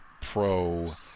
pro